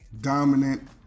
dominant